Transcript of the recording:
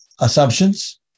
assumptions